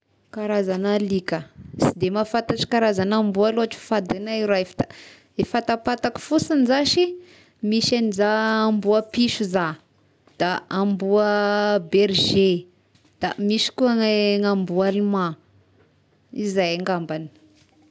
Karazagna alika: si de mahafantatra karazagna amboa loatra, fady agny i raha io fa da i fantampatako fotsigny za si, misy anzah amboa piso izah, da amboa bergé, da misy koa gne gny amboa alimand izay angambagny.